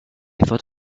thought